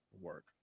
work